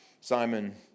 Simon